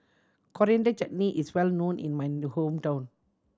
Coriander Chutney is well known in my hometown